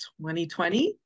2020